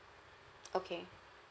okay